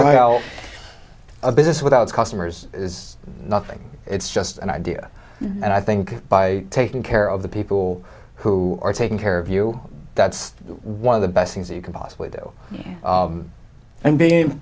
well a business without its customers is nothing it's just an idea and i think by taking care of the people who are taking care of you that's one of the best things you can possibly do and being